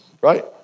right